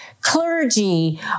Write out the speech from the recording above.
clergy